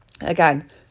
again